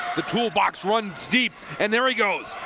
the toolbox runs deep, and there he goes.